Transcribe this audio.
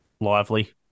lively